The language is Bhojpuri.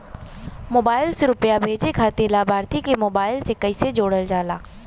मोबाइल से रूपया भेजे खातिर लाभार्थी के मोबाइल मे कईसे जोड़ल जाला?